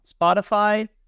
Spotify